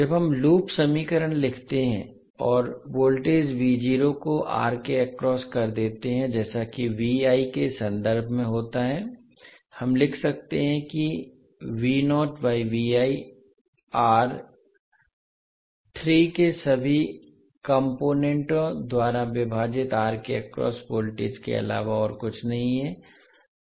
जब हम लूप समीकरण लिखते हैं और वोल्टेज को R के अक्रॉस कर देते हैं जैसा कि के संदर्भ में होता है हम लिख सकते हैं कि आर 3 के सभी कॉम्पोनेन्टों द्वारा विभाजित R के अक्रॉस वोल्टेज के अलावा और कुछ नहीं है